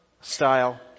style